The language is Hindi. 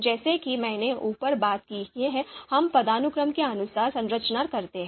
जैसा कि मैंने ऊपर बात की हम पदानुक्रम के अनुसार संरचना करते हैं